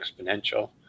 exponential